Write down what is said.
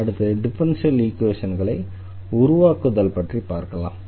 அடுத்து டிஃபரன்ஷியல் ஈக்வேஷன்களை உருவாக்குதல் பற்றி பார்க்கலாம்